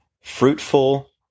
fruitful